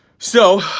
so,